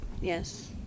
Yes